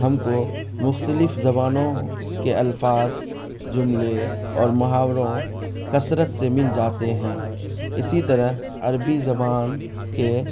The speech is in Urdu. ہم کو مختلف زبانوں کے الفاظ جملے اور محاوروں کثرت سے مل جاتے ہیں اسی طرح عربی زبان کے